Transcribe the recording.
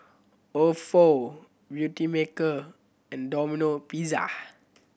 Ofo Beautymaker and Domino Pizza